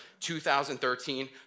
2013